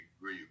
agree